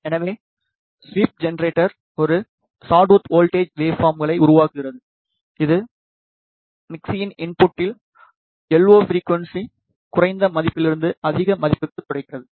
எனவே sweep generator ஒரு sawtooth voltage வெவ்பார்ம்களை உருவாக்குகிறது இது மிக்சியின் இன்புட்டில் லோ ஃபிரிக்குவன்ஸி குறைந்த மதிப்பிலிருந்து அதிக மதிப்புக்குத் துடைக்கிறது